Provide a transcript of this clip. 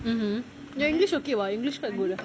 mmhmm your english okay [what] english quite good